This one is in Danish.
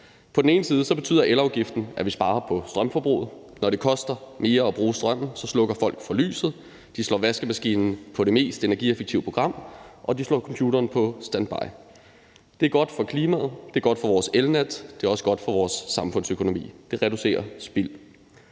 På den ene side betyder elafgiften, at vi sparer på strømforbruget. Når det koster mere at bruge strømmen, slukker folk for lyset, de sætter vaskemaskinen på det mest energieffektive program, og de sætter computeren på standby. Det er godt for klimaet, det er godt for vores elnet, og det er også godt for vores samfundsøkonomi. Det reducerer spild.